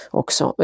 också